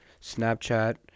Snapchat